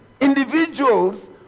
individuals